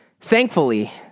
Thankfully